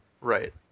Right